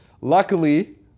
Luckily